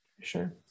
Sure